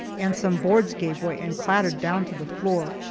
and some boards gave way and clattered down to the floor.